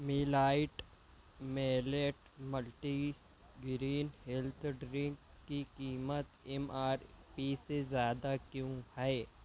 میلائٹ millet multi grain health drink کی قیمت M R P سے زیادہ کیوں ہے